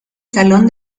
salón